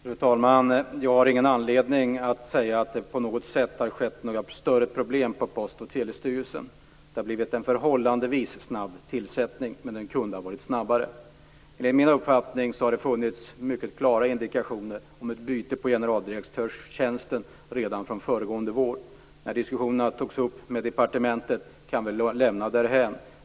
Fru talman! Jag har ingen anledning att säga att det har varit några större problem på Post och telestyrelsen. Det har blivit en förhållandevis snabb tillsättning, men den kunde ha varit snabbare. Enligt min uppfattning fanns mycket klara indikationer om ett byte på generaldirektörstjänsten redan föregående vår. När diskussionerna togs upp med departementet kan vi lämna därhän.